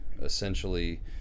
essentially